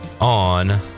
on